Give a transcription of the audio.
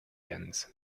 ends